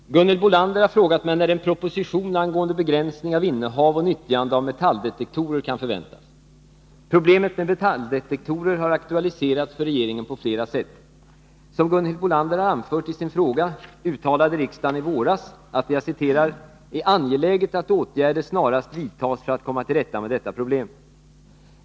Herr talman! Gunhild Bolander har frågat mig när en proposition angående begränsning av innehav och nyttjande av metalldetektorer kan förväntas. Problemet med metalldetektorer har aktualiserats för regeringen på flera sätt. Som Gunhild Bolander har anfört i sin fråga uttalade riksdagen i våras att det ”är angeläget att åtgärder snarast vidtas för att komma till rätta med detta problem”.